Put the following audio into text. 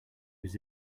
his